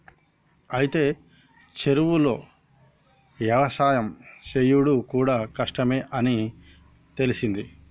అయితే చెరువులో యవసాయం సేసుడు కూడా కష్టమే అని తెలిసింది